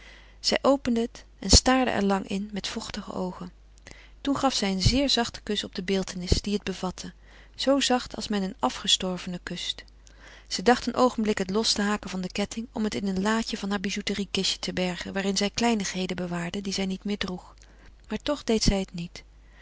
zij opende het en staarde er lang in met vochtige oogen toen gaf zij een zeer zachten kus op de beeltenis die het bevatte zoo zacht als men een afgestorvene kust zij dacht een oogenblik het los te haken van den ketting om het in een laadje van heur bijouteriekistje te bergen waarin zij kleinigheden bewaarde die zij niet meer droeg maar toch deed zij het niet